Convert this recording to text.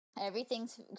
everything's